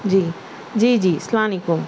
جی جی جی سلانی کو